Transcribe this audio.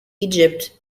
egypt